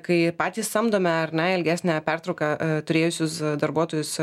kai patys samdome ar ne ilgesnę pertrauką turėjusius darbuotojus